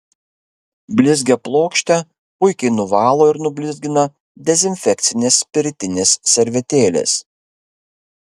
blizgią plokštę puikiai nuvalo ir nublizgina dezinfekcinės spiritinės servetėlės